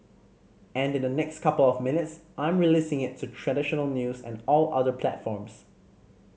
and in the next couple of minutes I'm releasing it to traditional news and all other platforms